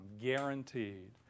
Guaranteed